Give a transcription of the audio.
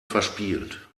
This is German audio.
verspielt